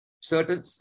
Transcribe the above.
certain